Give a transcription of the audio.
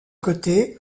côté